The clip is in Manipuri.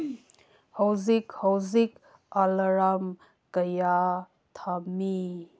ꯍꯧꯖꯤꯛ ꯍꯧꯖꯤꯛ ꯑꯦꯂꯥꯝ ꯀꯌꯥ ꯊꯝꯃꯤ